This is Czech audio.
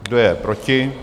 Kdo je proti?